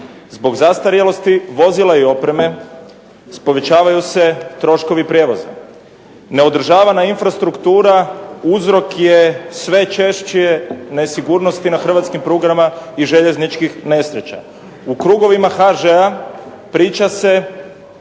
Zbog zastarjelosti vozila i opreme povećavaju se troškovi prijevoza. Neodržavana infrastruktura uzrok je sve češće nesigurnosti na Hrvatskim prugama i željezničkih nesreća. U krugovima HŽ-a da je